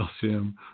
calcium